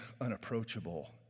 unapproachable